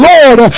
Lord